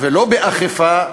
לא באכיפה,